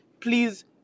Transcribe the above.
Please